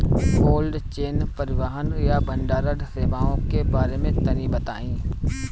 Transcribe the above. Cold chain परिवहन या भंडारण सेवाओं के बारे में तनी बताई?